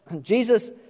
Jesus